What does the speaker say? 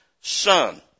Son